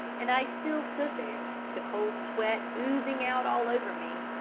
and i still stood there, the cold sweat oozing out all over me,